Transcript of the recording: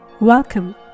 Welcome